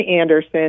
Anderson